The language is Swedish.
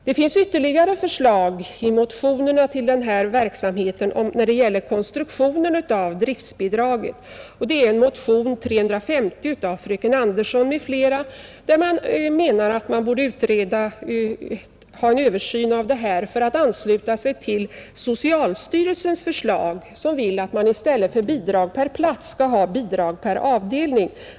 Det finns ytterligare en motion med förslag när det gäller konstruktionen av driftbidraget, nämligen motionen 350 av fröken Andersson i Lerum m, fl. som menar att det borde ske en översyn av bestämmelserna. Motionsförslaget ansluter sig till socialstyrelsens förslag, enligt vilket man i stället för bidrag per plats skall lämna bidrag per avdelning.